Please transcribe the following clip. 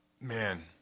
Man